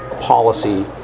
policy